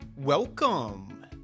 Welcome